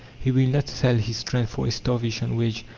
he will not sell his strength for a starvation wage.